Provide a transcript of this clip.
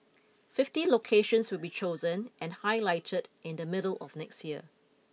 fifty locations will be chosen and highlighted in the middle of next year